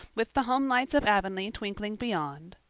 with the homelights of avonlea twinkling beyond,